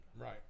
Right